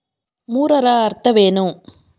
ಮೂರರ ಅರ್ಥವೇನು?